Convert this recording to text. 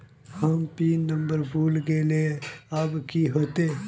हम PIN number भूल गलिऐ अब की होते?